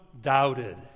doubted